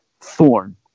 Thorn